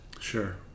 sure